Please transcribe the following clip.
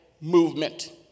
movement